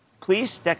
Please